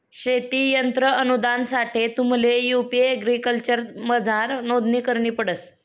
शेती यंत्र अनुदानसाठे तुम्हले यु.पी एग्रीकल्चरमझार नोंदणी करणी पडस